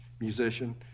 musician